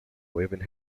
waving